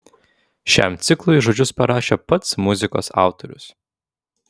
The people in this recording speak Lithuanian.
šiam ciklui žodžius parašė pats muzikos autorius